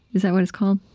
is that what it's called?